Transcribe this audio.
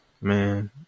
man